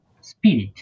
spirit